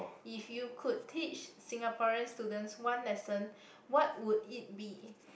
if you could teach Singaporean students one lesson what would it be